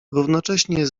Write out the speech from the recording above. równocześnie